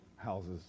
houses